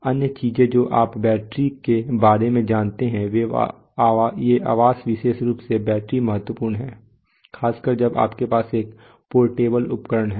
अन्य चीजें जो आप बैटरी के बारे में जानते हैं ये आवास विशेष रूप से बैटरी महत्वपूर्ण हैं खासकर जब आपके पास एक पोर्टेबल उपकरण है